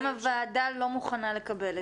גם הוועדה לא מוכנה לקבל את זה.